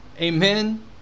Amen